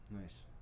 Nice